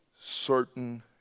certain